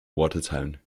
watertown